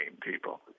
people